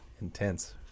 Intense